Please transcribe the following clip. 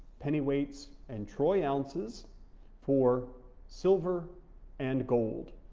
penny weights and troy ounces for silver and gold.